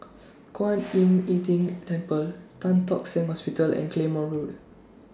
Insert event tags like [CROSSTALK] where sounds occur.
Kwan [NOISE] Im [UNINTELLIGIBLE] Tng Temple Tan Tock Seng Hosptial and Claymore Road